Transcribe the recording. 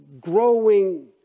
growing